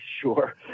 sure